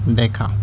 دیکھا